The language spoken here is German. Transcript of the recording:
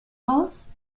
aus